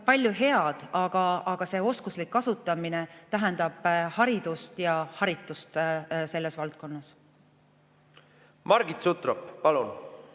palju head, aga selle oskuslik kasutamine tähendab haridust ja haritust selles valdkonnas. Tõsi, seal